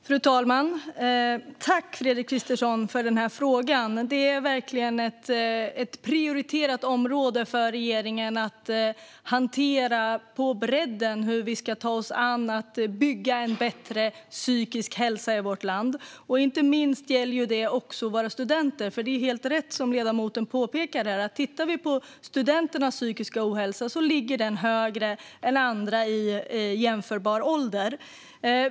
Fru talman! Tack, Fredrik Christensson, för frågan! Det är verkligen ett prioriterat område för regeringen att på bredden hantera hur vi ska ta oss an att bygga en bättre psykisk hälsa i vårt land. Det gäller inte minst för studenter. Som ledamoten helt rätt påpekar är antalet studenter med psykisk ohälsa större än andra i jämförbar ålder.